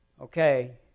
okay